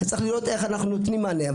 צריך לראות איך אנחנו נותנים מענה.